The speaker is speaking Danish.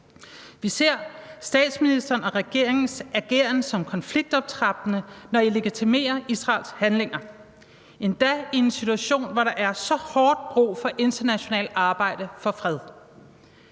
Vi ser statsministerens og regeringens ageren som konfliktoptrappende, når I legitimerer Israels handlinger, endda i en situation, hvor der er så hårdt brug for internationalt arbejde for fred.